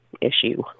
issue